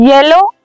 Yellow